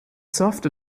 soft